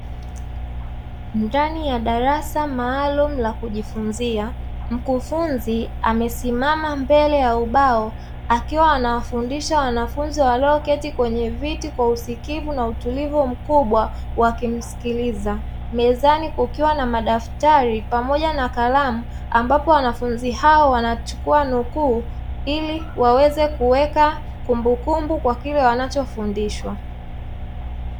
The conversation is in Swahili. Ndani ya darasa maalumu la kujifunza mkufunzi amesimama mbele ya ubao akiwa anawafundisha wanafunzi walioketi kwenye viti kwa usikivu na utulivu mkubwa, wakimsikiliza, mezani kukiwa na madaftari pamoja na kalamu ambapo wanafunzi hao wanachukua nukuu ili waweze kuweka kumbukumbu kwa kile wanachofundishwa.